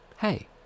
hey